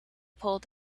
pulled